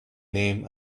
name